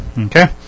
Okay